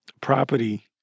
property